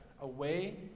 away